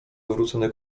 zwrócony